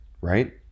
right